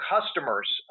customers